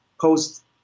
post